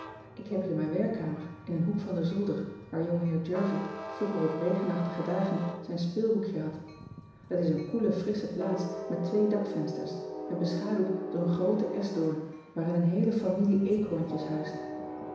k heb hier mijn werkkamer in een hoek van den zolder waar ongeheer ervie vroeger op regenachtige dagen zijn speelhoekje had et is een koele frissche plaats met twee dakvensters en beschaduwd door een grooten eschdoorn waarin een heele familie eekhoorntjes huist